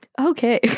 okay